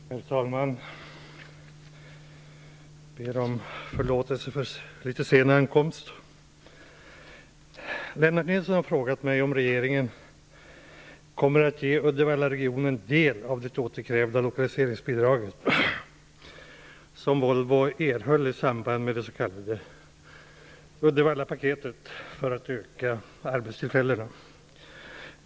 Herr talman! Jag ber om förlåtelse för en litet sen ankomst. Herr talman! Lennart Nilsson har frågat mig om regeringen kommer att ge Uddevallaregionen del av det återkrävda lokaliseringsbidraget som Volvo erhöll i samband med det s.k. Uddevallapaketet för att öka antalet arbetstillfällen.